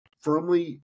firmly